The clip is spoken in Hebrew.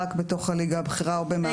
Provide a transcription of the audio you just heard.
רק בתוך הליגה הבכירה או במעבר אליה.